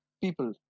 people